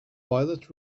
violet